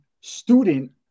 student